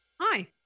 Hi